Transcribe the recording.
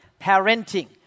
parenting